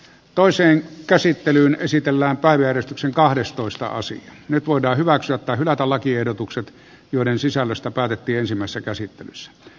toiseen käsittelyyn esitellään pari eristyksen kahdestoista osin nyt voidaan hyväksyä tai hylätä lakiehdotukset joiden sisällöstä päätettiinsemmassa käsittelyssä